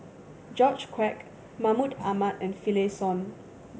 George Quek Mahmud Ahmad and Finlayson